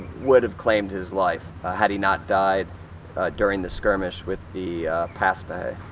would have claimed his life had he not died during the skirmish with the paspahegh.